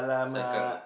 Sai Kang